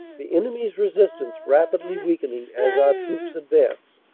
the enemy's resistance rapidly weakening as our troops advanced.